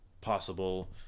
possible